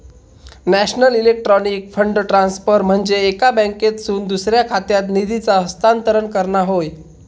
national electronic fund transfer म्हनजे एका बँकेतसून दुसऱ्या खात्यात निधीचा हस्तांतरण करणा होय